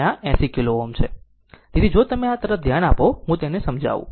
તેથી જો તમે આ તરફ ધ્યાન આપો તો હું તેને સમજાવું